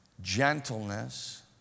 gentleness